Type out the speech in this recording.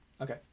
okay